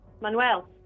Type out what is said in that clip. Manuel